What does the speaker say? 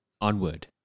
onward